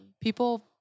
people